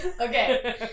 Okay